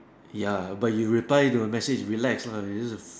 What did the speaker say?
ya but you reply to the message relax or it just is